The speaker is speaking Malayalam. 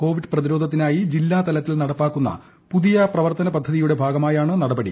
കോവിഡ് പ്രതിരോധത്തിനായി ജില്ലാതലത്തിൽ നടപ്പാക്കുന്ന പുതിയ പ്രവർത്തന പദ്ധതിയുടെ ഭാഗമായാണു നടപടി